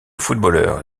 footballeur